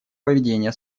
поведения